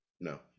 No